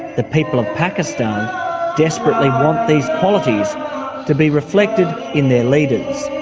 the people of pakistan desperately want these qualities to be reflected in their leaders.